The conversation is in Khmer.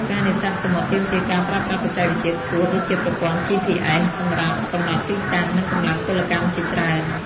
ការនេសាទសមុទ្រទាមទារការប្រើប្រាស់បច្ចេកវិទ្យាខ្ពស់ ដូចជាប្រព័ន្ធ GPS សម្រាប់កំណត់ទីតាំង និងកម្លាំងពលកម្មច្រើន។